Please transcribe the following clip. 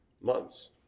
months